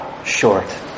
Short